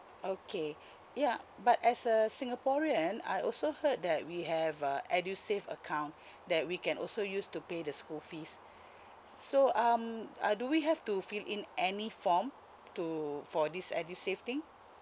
okay yeah but as a singaporean I also heard that we have uh edusave account that we can also use to pay the school fees so um uh do we have to fill in any form to for this edusave thing